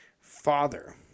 Father